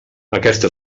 aquesta